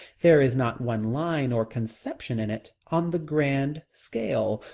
there is not one line or conception in it on the grand scale,